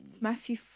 Matthew